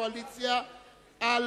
בהסכמת הקואליציה.